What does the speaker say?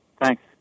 Thanks